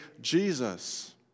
Jesus